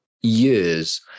years